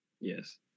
Yes